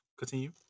continue